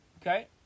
Okay